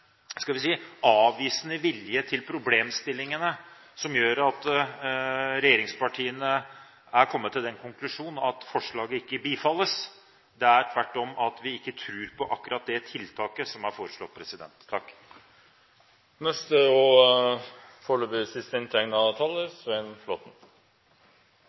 skal vi si – avvisende vilje til problemstillingene som gjør at regjeringspartiene er kommet til den konklusjon at forslaget ikke bifalles, tvert imot, det er at vi ikke tror på akkurat det tiltaket som er foreslått.